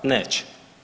Neće.